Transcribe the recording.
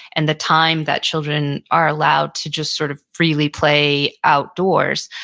and the time that children are allowed to just sort of freely play outdoors.